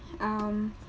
um